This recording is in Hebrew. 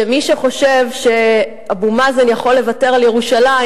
שמי שחושב שאבו מאזן יכול לוותר על ירושלים,